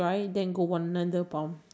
I think if you gonna